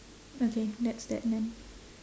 okay that's that then